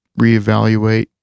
reevaluate